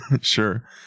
sure